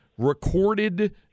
Recorded